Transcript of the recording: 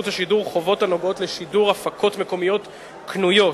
השידור חובות בעניין שידור הפקות מקומיות קנויות.